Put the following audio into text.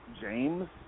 James